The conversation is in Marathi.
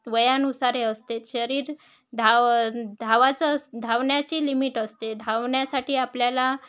वयानुसार हे असते शरीर धाव धावायचं अस धावण्याची लिमिट असते धावण्यासाठी आपल्याला